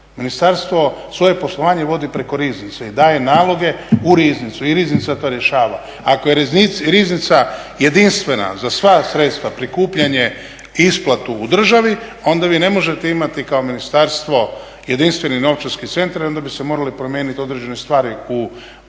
ministarstvo svoje poslovanje vodi preko Riznice i daje naloge u Riznicu i Riznica to rješava. Ako je Riznica jedinstvena za sva sredstva, prikupljanje i isplatu u državi onda vi ne možete imati kao ministarstvo jedinstveni novčarski centar jer onda bi se morale promijeniti određene stvari u Zakonu